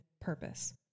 purpose